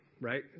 Right